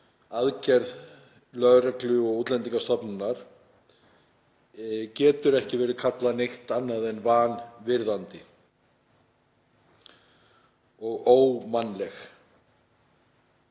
aðgerð lögreglu og Útlendingastofnunar getur ekki kallast neitt annað en vanvirðandi og ómannleg.